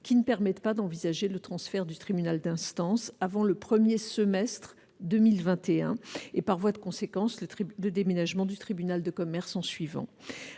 qui ne permettent pas d'envisager le transfert du tribunal d'instance avant le premier semestre de 2021 et, par voie de conséquence, le déménagement du tribunal de commerce en suivant.